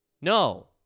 No